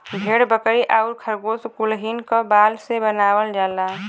भेड़ बकरी आउर खरगोस कुलहीन क बाल से बनावल जाला